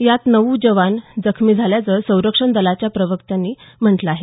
यात नऊ जवान जखमी झाल्याचं संरक्षण दलाच्या प्रवक्त्यांनी म्हटलं आहे